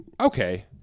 okay